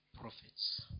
prophets